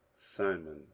Simon